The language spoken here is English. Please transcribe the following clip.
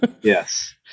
Yes